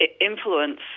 influence